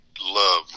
love